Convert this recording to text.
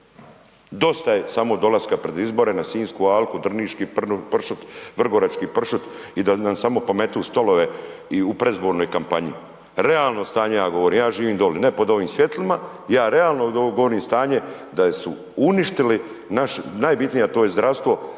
dosta je samo dolaska pred izbore na Sinjsku alku, drniški pršut, vrgorački pršut i da nam samo pometu stolove i u predizbornoj kampanji, realno stanje ja govorim, ja živim doli, ne pod ovim svjetlima, ja realno govorim stanje da su uništili naš najbitnije, a to je zdravstvo,